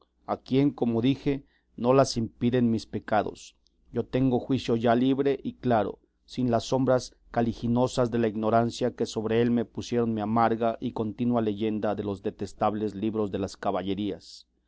a quien como dije no las impiden mis pecados yo tengo juicio ya libre y claro sin las sombras caliginosas de la ignorancia que sobre él me pusieron mi amarga y continua leyenda de los detestables libros de las caballerías